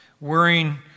Worrying